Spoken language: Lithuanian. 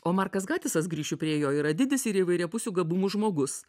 o markas gatesas grįšiu prie jo yra didis ir įvairiapusių gabumų žmogus